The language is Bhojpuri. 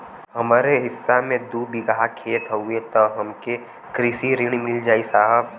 हमरे हिस्सा मे दू बिगहा खेत हउए त हमके कृषि ऋण मिल जाई साहब?